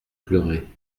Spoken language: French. pleurer